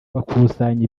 bakusanya